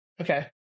okay